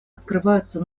открываются